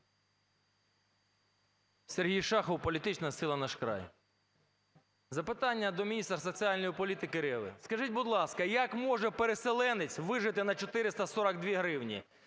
Сергій Шахов, політична сила "Наш край". Запитання до міністра соціальної політики Реви. Скажіть, будь ласка, як може переселенець вижити на 442 гривні?